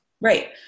Right